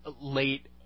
late